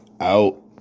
out